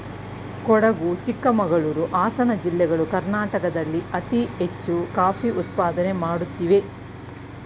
ಕೊಡಗು ಚಿಕ್ಕಮಂಗಳೂರು, ಹಾಸನ ಜಿಲ್ಲೆಗಳು ಕರ್ನಾಟಕದಲ್ಲಿ ಅತಿ ಹೆಚ್ಚು ಕಾಫಿ ಉತ್ಪಾದನೆ ಮಾಡುತ್ತಿವೆ